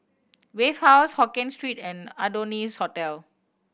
Wave House Hokien Street and Adonis Hotel